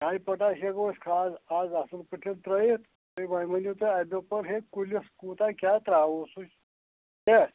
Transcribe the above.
ڈاے پوٚٹیش ہٮ۪کو أسۍ کھاد اَز اَصٕل پٲٹھۍ ترٛٲیِتھ وۄنۍ ؤنِو تُہۍ اَسہِ دوٚپ ہے کُلِس کوٗتاہ کیٛاہ ترٛاوہوس سُے